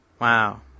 Wow